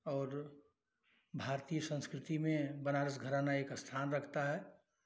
और भारतीय सँस्कृति में बनारस घ़राना एक अस्थान रखता है